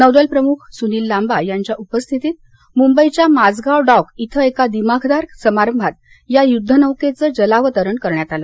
नौदल प्रमुख सुनील लांबा यांच्या उपस्थितीत मुंबईच्या माझगाव डॉक इथं एका दिमाखदार समारंभात या युद्धनौकेचं जलावतरण करण्यात आलं